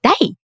day